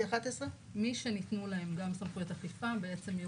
מי שניתנו להם גם סמכויות אכיפה בעצם יהיו